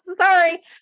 Sorry